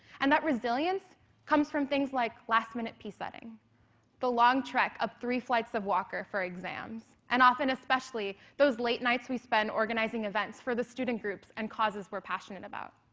and that resilience comes from things like last minute pset-ing. the long trek up three flights of walker for exams. and often especially those late nights we spend organizing events for the student groups and causes we're passionate about.